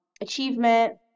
achievement